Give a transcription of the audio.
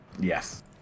yes